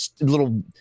little